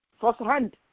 firsthand